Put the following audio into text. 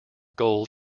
gold